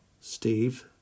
Steve